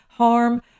harm